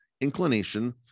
inclination